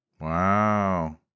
Wow